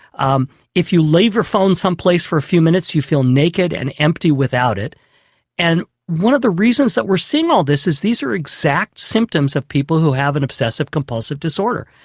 um if you leave your phone some place for a few minutes you feel naked and empty without it and one of the reasons that we're seeing all this is these are the exact symptoms of people who have an excessive compulsive disorder.